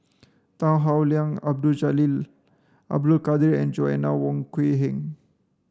Tan Howe Liang Abdul Jalil Abdul Kadir and Joanna Wong Quee Heng